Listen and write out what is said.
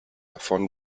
von